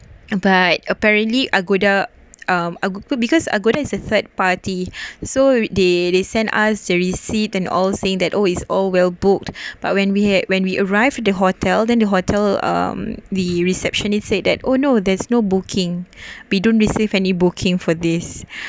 but apparently agoda um ag~ because uh agoda is a third party so they they send us a receipt and all saying that oh is oh all well booked but when we had when we arrived the hotel then the hotel um the receptionist said that oh no there's no booking we don't receive any booking for this